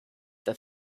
the